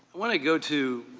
want to go to